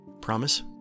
Promise